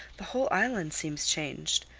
the whole island seems changed.